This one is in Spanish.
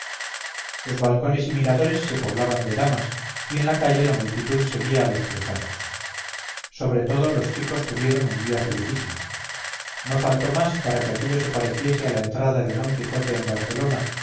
los balcones y miradores se poblaban de damas y en la calle la multitud seguía a los cruzados sobre todo los chicos tuvieron un día felicísimo no faltó más para que aquello se pareciese a la entrada de d quijote en barcelona